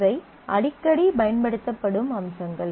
இவை அடிக்கடி பயன்படுத்தப்படும் அம்சங்கள்